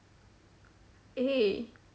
eh